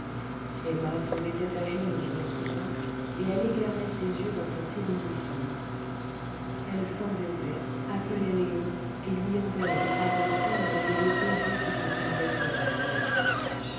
emma se mettait à genoux sur les coussins et elle égarait ses yeux dans cet éblouissement elle sanglotait appelait léon et lui envoyait des paroles tendres et des baisers qui se perdaient au vent